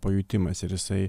pajutimas ir jisai